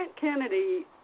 Kennedy